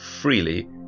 freely